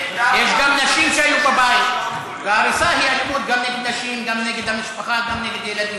ההצעה להעביר את הנושא לוועדת הפנים והגנת הסביבה נתקבלה.